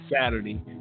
Saturday